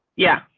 yeah,